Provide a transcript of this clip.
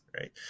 Right